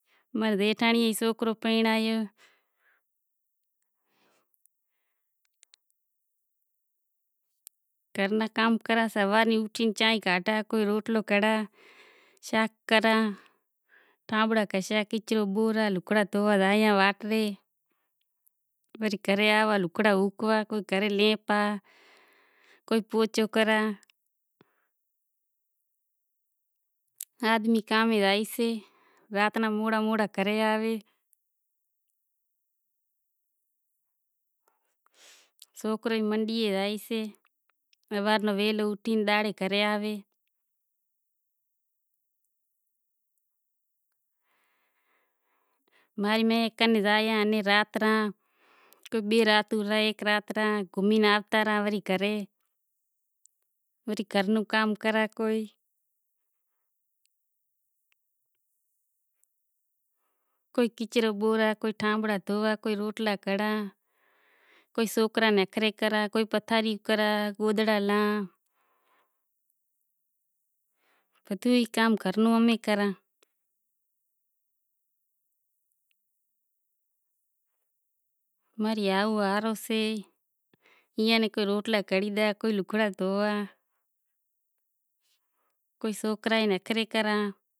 ھینس ماں را بئے سوکرا ان ترن سوکریں سیں اسکول زائیسے منڈی میں رہی سے آدمی موالی سے شراب پیوے سے۔ ماں را نانہاں نانہا سوکراں سیں گھرے زائے روٹلا گھڑیش۔ ماں رو بھائی ہیک سے ماں رے ہات بہونوں سیں ماں را ہاس ہاہرو سے، سوکرا ماں را مستی کریں سیں۔ ماں رو ڈیرانڑی جیٹھانڑی سے ماں ری ننڑند سے کانہوڑا ماتھے آوے ڈیواڑی ماتھے آوے گھوموا زائے امیں رانڑی باغ گھوموا زایاں حیدرٓباد ماں را سوکراں ناں شوق سے گھوموا نو ماں ری سوکری اسکوہل زائیشے